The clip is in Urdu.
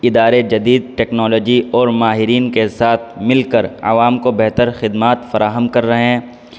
ادارے جدید ٹیکنالوجی اور ماہرین کے ساتھ مل کر عوام کو بہتر خدمات فراہم کر رہے ہیں